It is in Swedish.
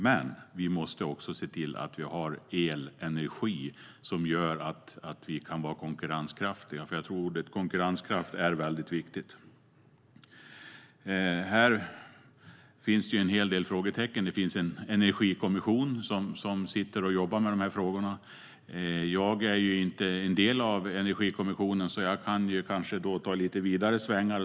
Men vi måste också se till att vi har elenergi som gör att vi kan vara konkurrenskraftiga. Jag tror att ordet konkurrenskraft är viktigt. Här finns en hel del frågetecken. Det finns en energikommission som sitter och jobbar med frågorna. Jag är inte en del av den, så jag kan kanske ta ut lite vidare svängar.